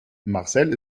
marcel